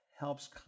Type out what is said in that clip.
helps